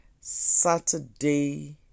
Saturday